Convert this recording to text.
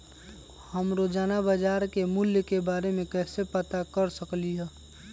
हम रोजाना बाजार के मूल्य के के बारे में कैसे पता कर सकली ह?